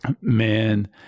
Man